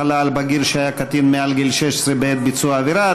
החלה על בגיר שהיה קטין מעל גיל 16 בעת ביצוע העבירה),